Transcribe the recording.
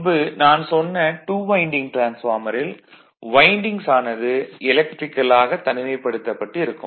முன்பு நான் சொன்ன 2 வைண்டிங் டிரான்ஸ்பார்மரில் வைண்டிங்ஸ் ஆனது எலக்ட்ரிகல்லாக தனிமைப்படுத்தப்பட்டு இருக்கும்